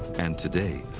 and today,